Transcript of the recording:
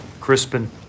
Crispin